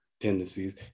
tendencies